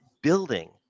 building